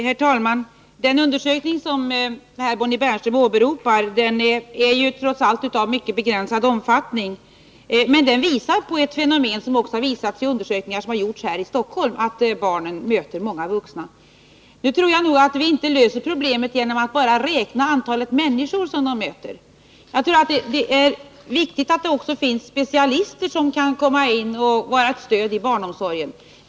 Herr talman! Den undersökning som Bonnie Bernström här åberopar är ju trots allt av mycket begränsad omfattning. Men den visar på ett fenomen som också har påvisats vid undersökningar som gjorts här i Stockholm, nämligen att barnen möter många vuxna. Nu tror jag att vi inte löser problemet bara genom att räkna antalet människor som barnen möter. Det är viktigt att det också finns specialister som kan vara till stöd i barnomsorgen.